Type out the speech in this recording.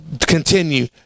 continue